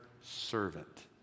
servant